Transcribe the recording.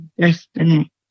destiny